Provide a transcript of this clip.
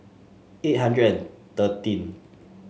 eight hundred thirteen